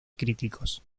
críticos